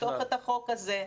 לפתוח את החוק הזה.